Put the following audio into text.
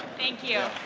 thank you.